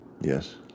Yes